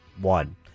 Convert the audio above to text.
one